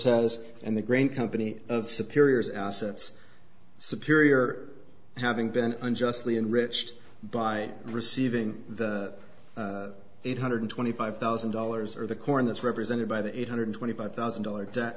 cortez and the grain company of superiors assets superior having been unjustly enriched by receiving the eight hundred twenty five thousand dollars or the corn that's represented by the eight hundred twenty five thousand dollar debt